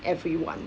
everyone